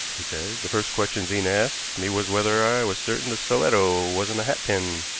he said. the first question zena asked me was whether i was certain the stiletto wasn't a hatpin.